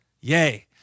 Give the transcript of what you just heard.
yay